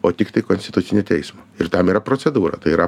o tiktai konstitucinio teismo ir tam yra procedūra tai yra